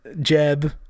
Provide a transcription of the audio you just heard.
Jeb